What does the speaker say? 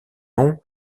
nom